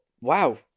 wow